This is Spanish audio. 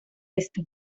esto